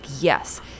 yes